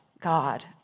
God